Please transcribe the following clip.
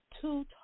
two